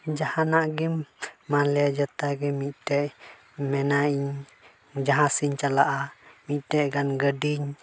ᱡᱟᱦᱟᱱᱟᱜ ᱜᱮᱢ ᱢᱟᱱᱞᱤᱭᱟ ᱡᱟᱛᱟ ᱜᱮ ᱢᱤᱫᱴᱮᱱ ᱢᱮᱱᱟᱭᱤᱧ ᱡᱟᱦᱟᱸ ᱥᱮᱫ ᱤᱧ ᱪᱟᱞᱟᱜᱼᱟ ᱢᱤᱫᱴᱮᱱ ᱜᱟᱱ ᱜᱟᱹᱰᱤᱧ